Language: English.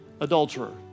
adulterer